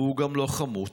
והוא גם לא חמוץ.